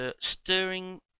Stirring